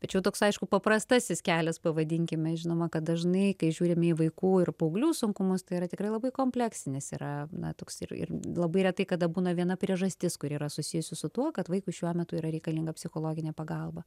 tačiau toks aišku paprastasis kelias pavadinkime žinoma kad dažnai kai žiūrime į vaikų ir paauglių sunkumus tai yra tikrai labai kompleksinės yra na toks ir ir labai retai kada būna viena priežastis kuri yra susijusi su tuo kad vaikui šiuo metu yra reikalinga psichologinė pagalba